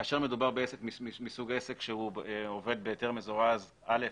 כאשר מדובר בעסק מסוג עסק שהוא עובד בהיתר מזורז א',